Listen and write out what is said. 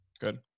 Good